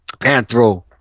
Panthro